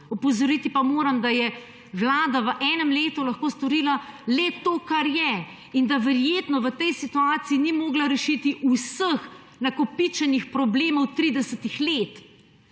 Opozoriti pa moram, da je Vlada v enem letu lahko storila le to, kar je, in da verjetno v tej situaciji ni mogla rešiti vseh nakopičenih problemov 30 let,